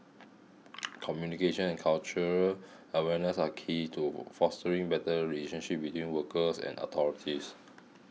communication and cultural awareness are key to fostering better relationship between workers and authorities